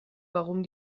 warum